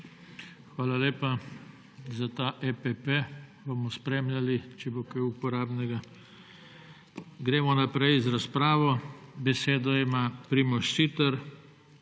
Hvala lepa za ta epepe. Bomo spremljali, če bo kaj uporabnega. Gremo naprej z razpravo. Besedo ima **79.